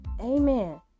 amen